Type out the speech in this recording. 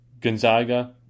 Gonzaga